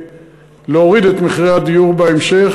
ולהוריד את מחירי הדיור בהמשך,